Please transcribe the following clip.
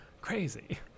Crazy